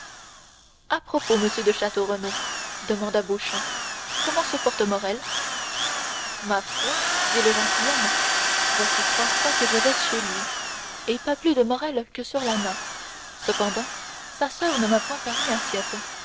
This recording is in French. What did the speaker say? à propos monsieur de château renaud demanda beauchamp comment se porte morrel ma foi dit le gentilhomme voici trois fois que je vais chez lui et pas plus de morrel que sur la main cependant sa soeur ne m'a point paru inquiète